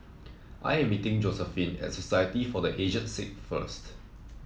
I am meeting Josephine at Society for The Aged Sick first